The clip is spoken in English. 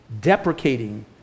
deprecating